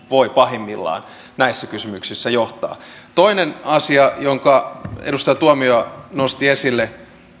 voi pahimmillaan näissä kysymyksissä johtaa toinen asia jonka edustaja tuomioja nosti esille